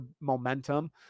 momentum